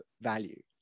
value